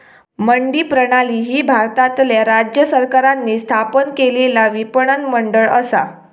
मंडी प्रणाली ही भारतातल्या राज्य सरकारांनी स्थापन केलेला विपणन मंडळ असा